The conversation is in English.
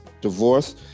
divorce